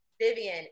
Vivian